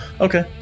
Okay